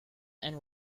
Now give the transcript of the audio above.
and